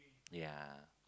yeah